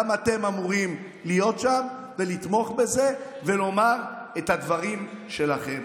גם אתם אמורים להיות שם ולתמוך בזה ולומר את הדברים שלכם.